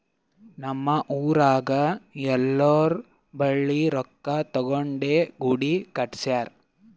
ನಮ್ ಊರಾಗ್ ಎಲ್ಲೋರ್ ಬಲ್ಲಿ ರೊಕ್ಕಾ ತಗೊಂಡೇ ಗುಡಿ ಕಟ್ಸ್ಯಾರ್